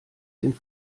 den